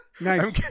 Nice